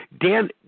Dan